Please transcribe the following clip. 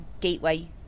gateway